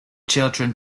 children